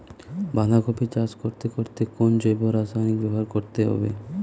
বাঁধাকপি চাষ করতে কোন জৈব রাসায়নিক ব্যবহার করতে হবে?